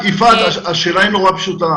השאלה פשוטה